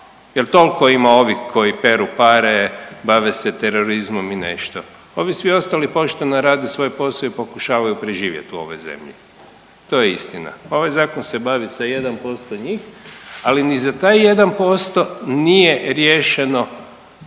jer toliko ima ovih koji peru pare, bave se terorizmom i nešto. Ovi svi ostali pošteno rade svoj posao i pokušavaju preživjeti u ovoj zemlji to je istina. Ovaj Zakon se bavi sa 1% njih, ali ni za taj 1% nije riješeno